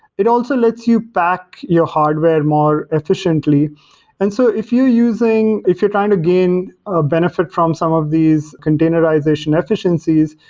it also lets you pack your hardware more efficiently and so if you're using, if you're trying to gain ah benefit from some of these containerization efficiencies,